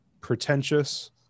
pretentious